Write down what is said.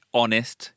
honest